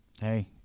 Hey